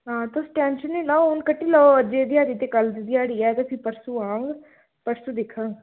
हां तुस टेंशन निं लैओ हून कट्टी लैओ अज्जै दी ध्याड़ी ते कल्ल दी ध्याड़ी ऐ ते फ्ही परसूं आह्ङ ते परसूं दिक्खङ